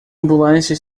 ambulância